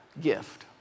gift